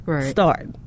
start